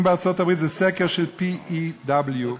תודה לאל.